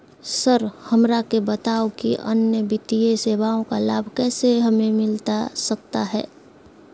Sir हमरा के बताओ कि अन्य वित्तीय सेवाओं का लाभ कैसे हमें मिलता सकता है?